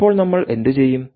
ഇപ്പോൾ നമ്മൾ എന്തുചെയ്യും